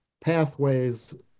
pathways